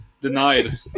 Denied